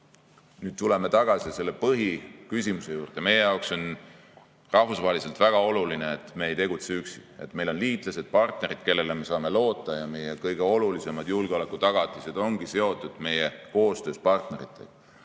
Nüüd tuleme tagasi selle põhiküsimuse juurde. Meie jaoks on rahvusvaheliselt väga oluline, et me ei tegutse üksi, vaid meil on liitlased, partnerid, kellele me saame loota. Meie kõige olulisemad julgeolekutagatised ongi meie koostöös partneritega.